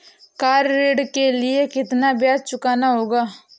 Car ऋण के लिए कितना ब्याज चुकाना होगा?